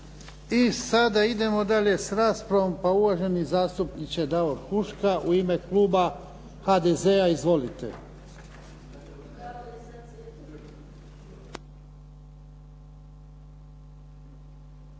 I sada idemo dalje s raspravom. Uvaženi zastupniče Davor Huška u ime kluba HDZ-a. Izvolite.